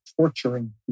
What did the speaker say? torturing